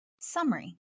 Summary